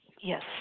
Yes